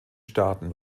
staaten